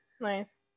Nice